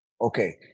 okay